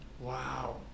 Wow